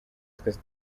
twese